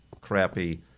crappy